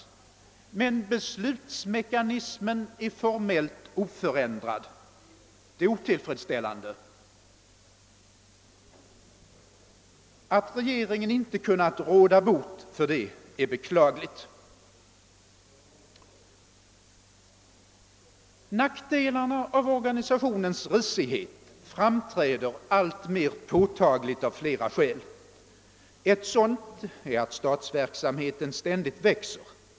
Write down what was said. Men beslutsmekanismen är formellt oförändrad. Det är otillfredsställande. Att regeringen inte kunnat råda bot på det är beklagligt. Nackdelarna av organisationens risighet framträder alltmer påtagligt av flera skäl. Ett sådant är att statsverksamheten ständigt växer.